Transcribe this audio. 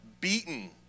beaten